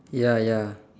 ya ya